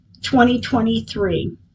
2023